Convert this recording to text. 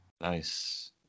Nice